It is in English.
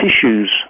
tissues